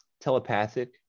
telepathic